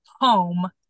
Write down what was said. home